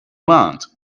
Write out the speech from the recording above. want